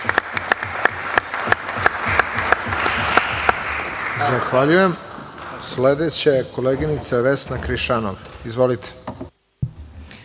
Zahvaljujem. Sledeća je koleginica Vesna Krišanov. Izvolite.